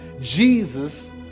Jesus